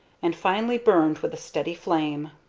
and finally burned with a steady flame.